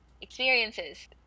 experiences